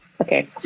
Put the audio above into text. okay